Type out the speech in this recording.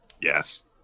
Yes